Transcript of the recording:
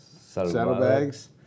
saddlebags